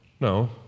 No